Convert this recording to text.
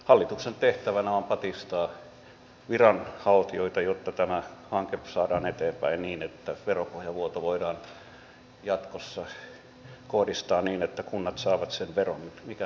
hallituksen tehtävänä on patistaa viranhaltijoita jotta tämä hanke saadaan eteenpäin niin että veropohjan vuoto voidaan jatkossa kohdistaa niin että kunnat saavat sen veron mikä niille kuuluu